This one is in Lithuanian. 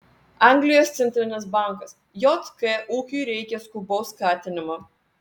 anglijos centrinis bankas jk ūkiui reikia skubaus skatinimo